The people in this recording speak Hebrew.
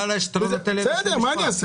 זה משגע אותי